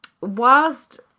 whilst